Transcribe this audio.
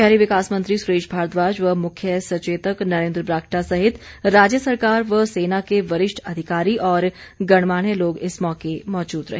शहरी विकास मंत्री सुरेश भारद्वाज व मुख्य सचेतक नरेन्द्र बरागटा सहित राज्य सरकार व सेना के वरिष्ठ अधिकारी और गणमान्य लोग इस मौके मौजूद रहे